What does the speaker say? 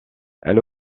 elle